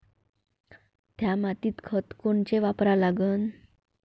थ्या मातीत खतं कोनचे वापरा लागन?